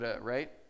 right